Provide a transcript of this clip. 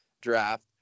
draft